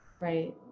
right